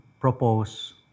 propose